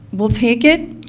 we'll take it,